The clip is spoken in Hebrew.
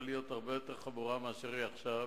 להיות הרבה יותר חמורה מאשר היא עכשיו.